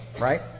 right